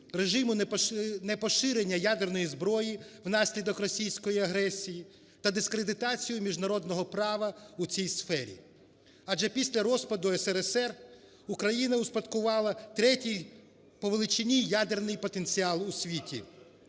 режиму непоширення ядерної зброї внаслідок російської агресії та дискредитацію міжнародного права у цій сфері. Адже після розпаду СРСР Україна успадкувала третій по величині ядерний потенціал у світі,